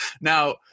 Now